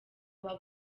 aba